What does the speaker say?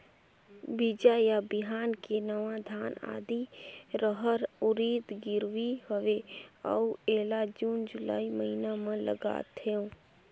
बीजा या बिहान के नवा धान, आदी, रहर, उरीद गिरवी हवे अउ एला जून जुलाई महीना म लगाथेव?